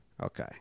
Okay